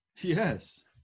Yes